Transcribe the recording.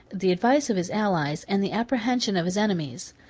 the advice of his allies, and the apprehension of his enemies.